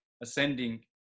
ascending